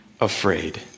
afraid